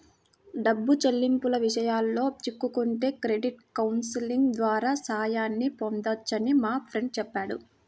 డబ్బు చెల్లింపుల విషయాల్లో చిక్కుకుంటే క్రెడిట్ కౌన్సిలింగ్ ద్వారా సాయాన్ని పొందొచ్చని మా ఫ్రెండు చెప్పాడు